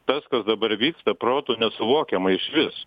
tas kas dabar vyksta protu nesuvokiama išvis